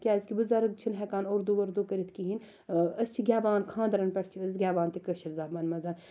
کیازِ کہِ بُزَرگ چھِ نہٕ ہیٚکان اردو وردو کٔرِتھ کِہیٖنۍ أسۍ چھِ گیٚوان خانٛدرَن پیٚٹھ چھِ أسۍ گیٚوان تہِ کٲشٕر زَبانہ مَنٛز